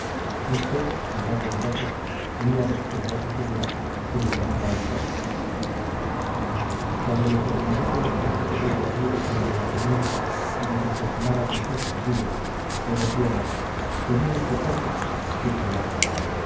este al verle de lejos huía de su temerosa figura y le llamaba el coco cuando el empecinadillo no se quería dormir en el alojamiento y nos importunaba con sus chillidos le decíamos que viene trijueque y callaba